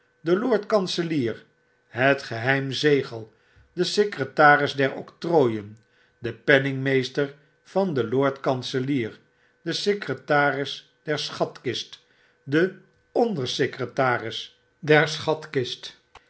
de lord kanselier het geheim zegel de secretaris der octrooien de penningmeester van den lord kanselier de secretaris der schatkist de qndersecretaris der schatkist